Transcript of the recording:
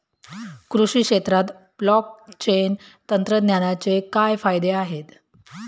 कृषी क्षेत्रात ब्लॉकचेन तंत्रज्ञानाचे काय फायदे आहेत?